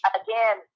again